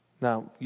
now